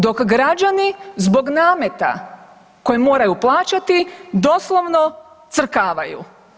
Dok građani zbog nameta koje moraju plaćati doslovno crkavaju.